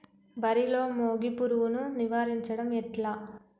వరిలో మోగి పురుగును నివారించడం ఎట్లా?